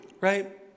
right